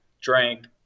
Drank